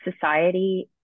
society